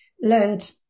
learned